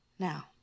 Now